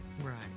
Right